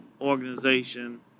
organization